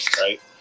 right